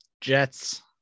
jets